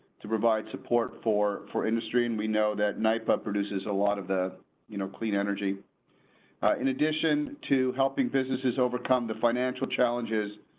to provide support for, for industry and we know that night but produces a lot of the you know clean energy in addition to helping businesses overcome the financial challenges.